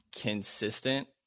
consistent